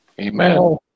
Amen